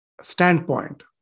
standpoint